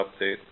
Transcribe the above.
update